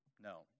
No